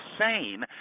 insane